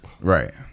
Right